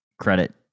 credit